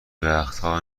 وقتها